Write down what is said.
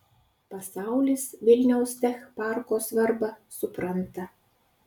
pasaulis vilniaus tech parko svarbą supranta